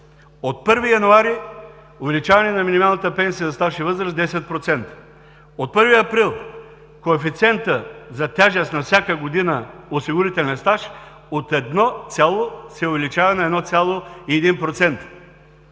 от 1 януари – увеличение на минималната пенсия за стаж и възраст с 10%. От 1 април коефициентът за тежест на всяка година осигурителен стаж от едно цяло се увеличава на 1,1%.